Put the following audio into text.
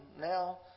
now